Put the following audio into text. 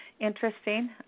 interesting